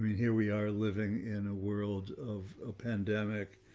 here we are living in a world of a pandemic.